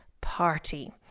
party